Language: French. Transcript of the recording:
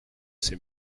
c’est